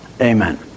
amen